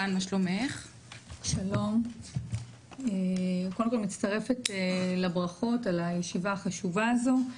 קודם כל מצטרפת לברכות על הישיבה החשובה הזאת,